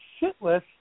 shitless